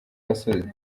gasozi